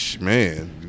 man